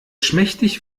schmächtig